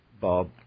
Bob